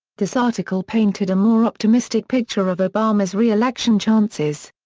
this article painted a more optimistic picture of obama's re-election chances.